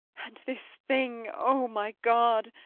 and this thing, o my god,